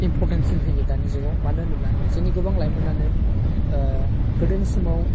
इम्परटेन्टसिन होयो दानि जुगाव मानो होनोब्ला जोंनि गोबां लाइमोनानो गोदोनि समाव